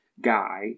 Guy